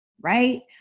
right